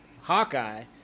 Hawkeye